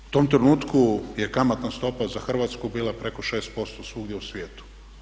U tom trenutku je kamatna stopa za Hrvatsku bila preko 6% svugdje u svijetu.